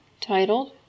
titled